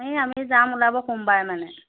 এই আমি যাম ওলাব সোমবাএ মানে